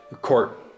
court